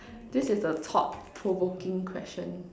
this is a thought provoking question